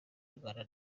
rwanda